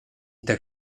tak